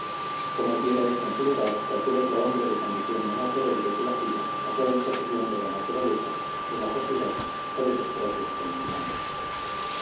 como hubiera hecho en su lugar cualquier otro hombre de condición menos rebelde que la suya a toda imposición de la naturaleza de la sociedad o de sus propios sentimientos